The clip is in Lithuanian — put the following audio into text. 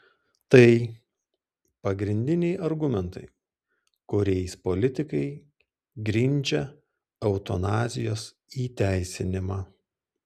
tai pagrindiniai argumentai kuriais politikai grindžia eutanazijos įteisinimą